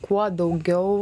kuo daugiau